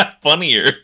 funnier